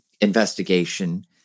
investigation